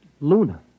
luna